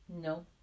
No